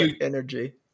energy